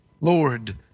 Lord